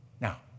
Now